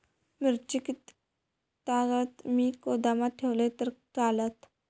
मिरची कीततागत मी गोदामात ठेवलंय तर चालात?